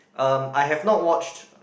um I have not watched